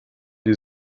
die